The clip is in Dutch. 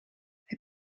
heb